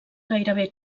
gairebé